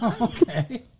Okay